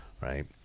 right